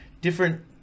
different